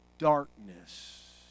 darkness